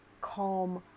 calm